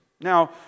Now